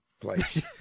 place